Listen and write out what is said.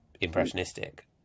impressionistic